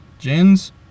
Gins